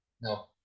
No